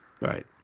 Right